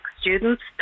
students